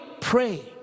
pray